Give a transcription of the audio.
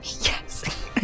Yes